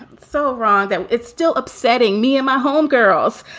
so wrong that it's still upsetting me and my homegirls